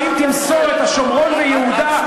שאם תמסור את השומרון ויהודה,